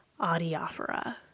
adiaphora